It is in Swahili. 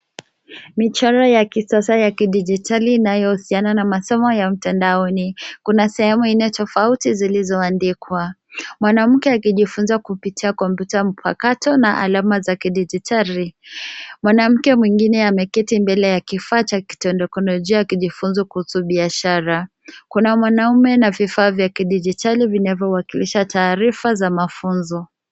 Michoro ya kisasa ya kidijitali inayohusiana na masomo ya mtandaoni. Kuna sehemu ya eneo tofauti zilizoandikwa. Mwanamke akijifunza kupitia kompyuta mpakato na alama za kidijitali. Mwanamke mwingine ameketi mbele ya kifaa cha teknolojia akijifunza kuhusu biashara. Kuna mwanaume na vifaa vya kidijitali vinavyowakilisha taarifa za mafunzo.